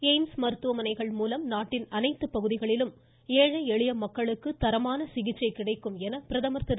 AIIMS மருத்துவமனைகள்மூலம் நாட்டின் அனைத்து பகுதிகளிலும் ஏழை எளிய மக்களுக்கு தரமான சிகிச்சை கிடைக்கும் என பிரதமர் திரு